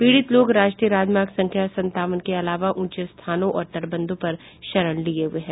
पीड़ित लोग राष्ट्रीय राजमार्ग संख्या सतावन के अलावा ऊंचे स्थानों और तटबंधों पर शरण लिये हुए है